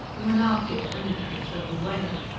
and were now fit only to be thrown away.